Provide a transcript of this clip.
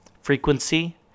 Frequency